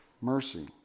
mercy